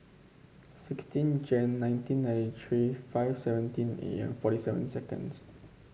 sixteen Jan nineteen ninety three five seventeen A M forty seven seconds